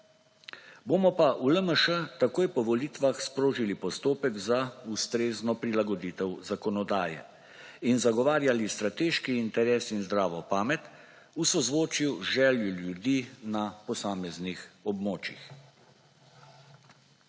bomo pa v LMŠ takoj po volitvah sprožili postopek za ustrezno prilagoditev zakonodaje in zagovarjali strateške interese in zdravo pamet, v sozvočju z željo ljudi na posameznih območjih.